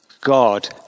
God